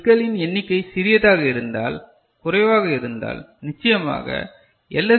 பிட்களின் எண்ணிக்கை சிறியதாக இருந்தால் குறைவாக இருந்தால் நிச்சயமாக எல்